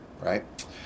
Right